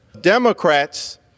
Democrats